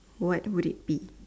what would it be